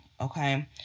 Okay